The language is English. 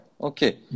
Okay